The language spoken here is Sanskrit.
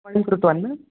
कोळ् कृतवान् न